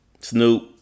Snoop